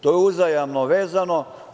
To je uzajamno vezano.